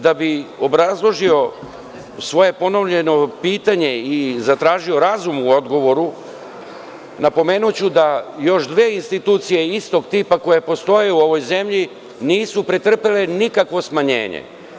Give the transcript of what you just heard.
Da bi obrazložio svoje ponovljeno pitanje i zatražio razum u odgovoru, napomenuću da još dve institucije istog tipa koje postoje u ovoj zemlji nisu pretrpele nikakvo smanjenje.